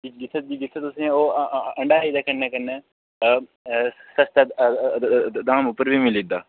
जित्थैहंडाई दे कन्नै कन्नै दाम उप्पर बी मिली जंदा